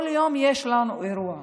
כל יום יש לנו אירוע.